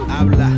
habla